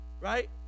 right